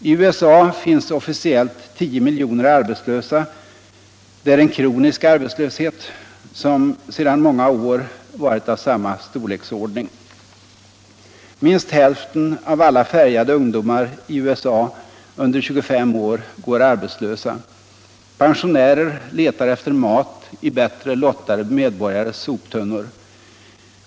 I USA finns officiellt 10 miljoner arbetslösa — det är en kronisk arbetslöshet som sedan många år varit av samma storleksordning. Minst hälften av alla färgade ungdomar i USA under 25 år går arbetslösa. Pensionärer letar efter mat i bättre lottade medborgares soptunnor.